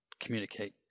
communicate